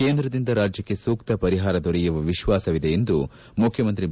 ಕೇಂದ್ರದಿಂದ ರಾಜ್ಯಕ್ಕೆ ಸೂಕ್ತ ಪರಿಹಾರ ದೊರೆಯುವ ವಿಶ್ವಾಸವಿದೆ ಎಂದು ಮುಖ್ಯಮಂತ್ರಿ ಬಿ